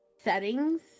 Settings